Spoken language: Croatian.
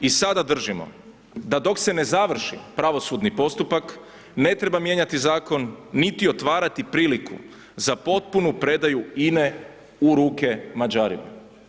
I sada držimo da dok se ne završi pravosudni postupak, ne treba mijenjati zakon niti otvarati priliku za potpunu predaju INA-e u ruke Mađarima.